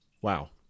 Wow